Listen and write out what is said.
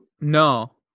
No